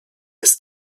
has